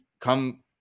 come